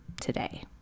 today